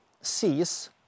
sees